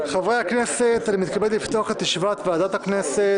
חברי הכנסת, אני מתכבד לפתוח את ישיבת ועדת הכנסת.